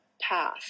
path